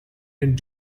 and